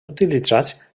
utilitzats